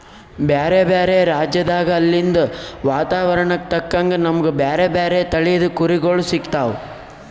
ಬ್ಯಾರೆ ಬ್ಯಾರೆ ರಾಜ್ಯದಾಗ್ ಅಲ್ಲಿಂದ್ ವಾತಾವರಣಕ್ಕ್ ತಕ್ಕಂಗ್ ನಮ್ಗ್ ಬ್ಯಾರೆ ಬ್ಯಾರೆ ತಳಿದ್ ಕುರಿಗೊಳ್ ಸಿಗ್ತಾವ್